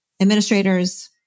administrators